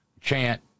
chant